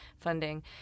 funding